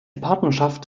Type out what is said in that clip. partnerschaft